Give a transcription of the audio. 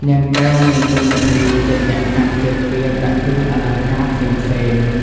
នាងកែវ មានទួនាទីជាអ្នកកាន់ជើងពានដាក់គ្រឿងអលង្កាផ្សេងៗ។